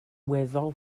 weddol